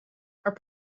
are